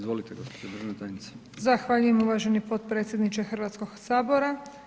Zahvaljujem uvaženi potpredsjedniče Hrvatskog sabora.